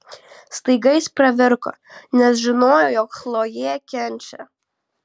staiga jis pravirko nes žinojo jog chlojė kenčia